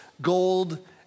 gold